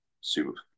super